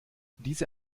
diese